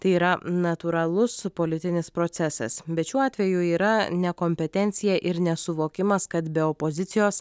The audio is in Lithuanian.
tai yra natūralus politinis procesas bet šiuo atveju yra nekompetencija ir nesuvokimas kad be opozicijos